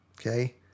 Okay